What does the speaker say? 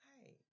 hey